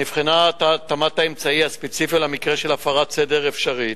נבחנת התאמת האמצעי הספציפי למקרה של הפרת סדר אפשרית,